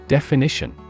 Definition